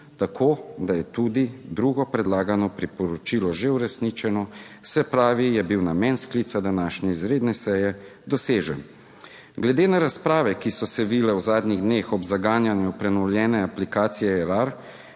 tako, da je tudi drugo predlagano priporočilo že uresničeno, se pravi, je bil namen sklica današnje izredne seje dosežen. Glede na razprave, ki so se vile v zadnjih dneh ob zaganjanju prenovljene aplikacije Erar,